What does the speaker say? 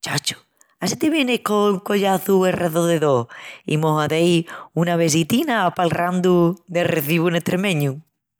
Chacho, á si te vienis col collaçu R2D2 i mos hazeis una vesitina palrandu de reziu en estremeñu!